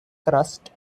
crust